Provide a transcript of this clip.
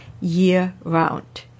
year-round